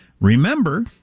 Remember